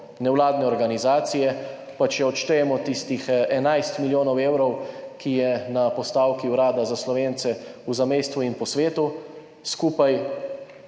nevladne organizacije, pa če odštejemo tistih 11 milijonov evrov, ki so na postavki Urada za Slovence v zamejstvu in po svetu, skupaj